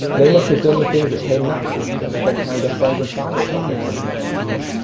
they must have done the things that came naturally to them, spent time their friends and family if that's what comes naturally to them.